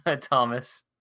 Thomas